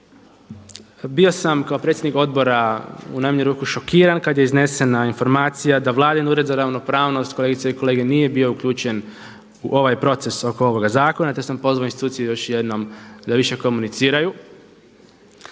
Bio sam kao predsjednik odbora u najmanju ruku šokiran kada je iznesena informacija da vladin Ured za ravnopravnost kolegice i kolege nije bio uključen u ovaj proces oko ovoga zakona, te sam pozvao institucije još jednom da više komuniciraju.